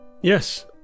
Yes